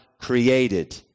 created